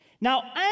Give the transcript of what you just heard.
Now